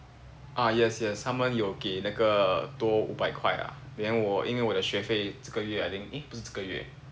ah yes yes 他们有给那个多五百块啦 then 我因为我的学费这个月 I think eh 不是这个月